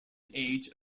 age